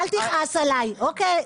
אל תכעס עליי, אוקיי?